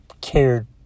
Cared